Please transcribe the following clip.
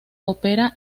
opera